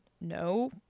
No